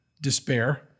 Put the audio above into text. despair